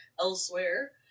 elsewhere